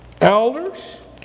elders